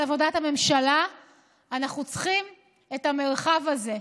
עבודת הממשלה אנחנו צריכים את המרחב הזה.